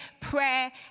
prayer